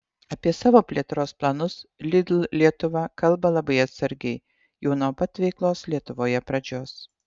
apie savo plėtros planus lidl lietuva kalba labai atsargiai jau nuo pat veiklos lietuvoje pradžios